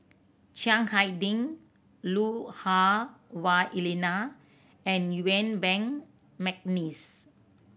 Chiang Hai Ding Lui Hah Wah Elena and Yuen Peng McNeice